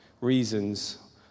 reasons